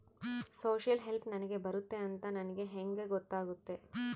Social help ನನಗೆ ಬರುತ್ತೆ ಅಂತ ನನಗೆ ಹೆಂಗ ಗೊತ್ತಾಗುತ್ತೆ?